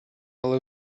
але